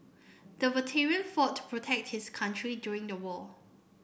the veteran fought to protect his country during the war